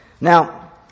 Now